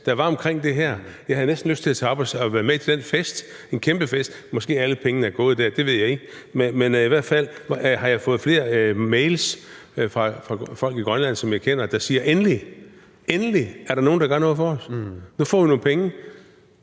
der var omkring det her. Jeg havde næsten lyst til at tage op og være med til den fest, en kæmpe fest. Måske alle pengene er gået til det; det ved jeg ikke. Men i hvert fald har jeg fået flere mails fra folk i Grønland, som jeg kender, der siger: Endelig, endelig er der nogle, der gør noget for os; nu får vi nogle penge.